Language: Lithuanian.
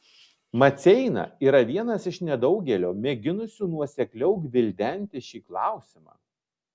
maceina yra vienas iš nedaugelio mėginusių nuosekliau gvildenti šį klausimą